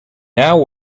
now